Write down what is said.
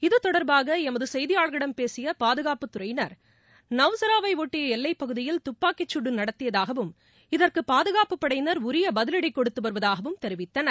இதுதொடர்பாக எமது செய்தியாளர்களிடம் பேசிய பாதுகாப்பு துறையினர் நவ்சராவை ஒட்டிய எல்லைப் பகுதியில் துப்பாக்கி சூடு நடத்தியதாகவும் இதற்கு பாதுகாப்பு படையினர் உரிய பதிவடி கொடுத்து வருவதாகவும் தெரிவித்தனர்